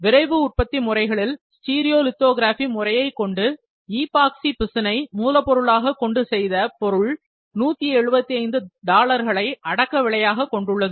விரைவு உற்பத்தி முறைகளில் ஸ்டீரியோலிதொகிரபி முறையை கொண்டு ஈபாக்சி பிசினை மூலப்பொருளாக கொண்டு செய்த பொருள் 175 டாலர்களை அடக்கவிலையாக கொண்டுள்ளது